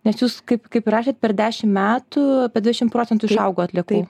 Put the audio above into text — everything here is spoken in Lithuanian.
nes jūs kaip kaip ir rašėt per dešim metų pė dvidešim procentų išaugo atliekų